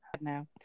No